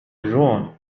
جون